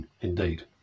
indeed